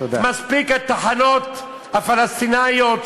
מספיק שהתחנות הפלסטיניות